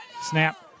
Snap